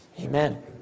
Amen